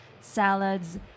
salads